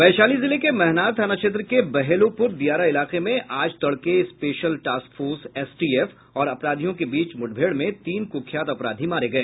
वैशाली जिले के महनार थाना क्षेत्र के बहेलोपुर दियारा इलाके में आज तड़के स्पेशल टास्क फोर्स एसटीएफ और अपराधियों के बीच मुठभेड़ में तीन कुख्यात अपराधी मारे गए